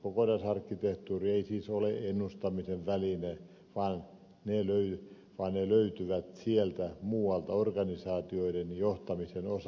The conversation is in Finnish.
kokonaisarkkitehtuuri ei siis ole ennustamisen väline vaan ne löytyvät sieltä muualta organisaatioiden johtamisen osa alueilta